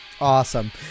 awesome